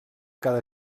cada